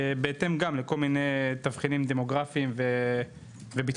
בהתאם גם לכל מיני תבחינים דמוגרפיים וביטחוניים.